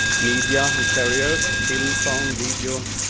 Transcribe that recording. media and carriers, film, sound, video,